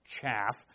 chaff